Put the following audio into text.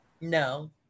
No